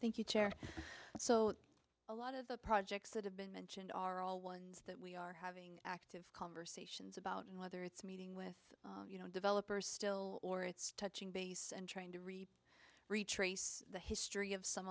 thank you chair so a lot of the projects that have been mentioned are all ones that we are having active causations about and whether it's meeting you know developers still or it's touching base and trying to read retrace the history of some